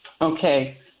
Okay